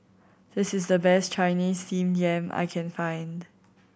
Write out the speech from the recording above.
this is the best Chinese Steamed Yam I can find